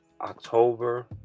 october